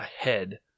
ahead